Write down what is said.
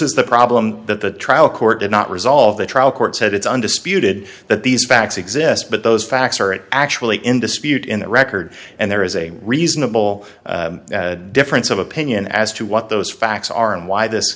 is the problem that the trial court did not resolve the trial court said it's undisputed that these facts exist but those facts are actually in dispute in the record and there is a reasonable difference of opinion as to what those facts are and why this